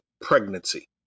pregnancy